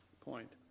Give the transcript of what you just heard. point